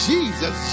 Jesus